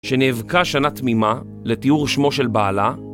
שנאבקה שנה תמימה לטיהור שמו של בעלה